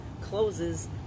closes